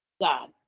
God